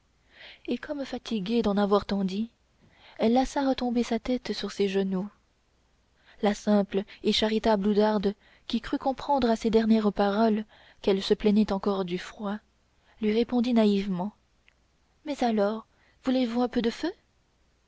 et comme fatiguée d'en avoir tant dit elle laissa retomber sa tête sur ses genoux la simple et charitable oudarde qui crut comprendre à ses dernières paroles qu'elle se plaignait encore du froid lui répondit naïvement alors voulez-vous un peu de feu